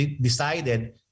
decided